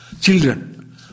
children